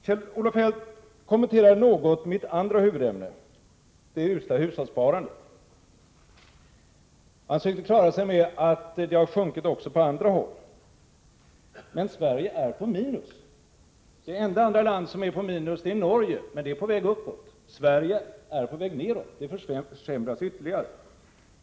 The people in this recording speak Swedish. Kjell-Olof Feldt kommenterade något mitt andra huvudämne, det usla hushållssparandet. Han sökte förklara sig med att hushållssparandet sjunkit också på andra håll. Men Sverige är på minus. Det enda land, förutom Sverige, som är på minus, är Norge — där är man emellertid på väg uppåt. Men i Sverige är hushållssparandet på väg nedåt, det försämras ytterligare.